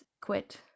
quit